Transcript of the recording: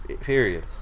period